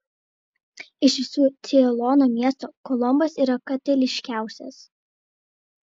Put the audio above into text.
iš visų ceilono miestų kolombas yra katalikiškiausias